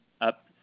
up